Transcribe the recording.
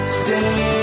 stay